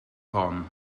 hon